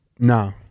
no